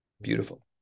Beautiful